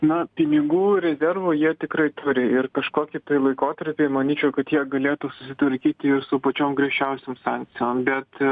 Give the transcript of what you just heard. na pinigų rezervų jie tikrai turi ir kažkokį tai laikotarpį manyčiau kad jie galėtų susitvarkyti ir su pačiom griežčiausiom sankcijom bet